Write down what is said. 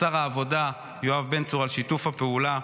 לשר העבודה יואב בן צור על שיתוף הפעולה,